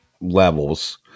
levels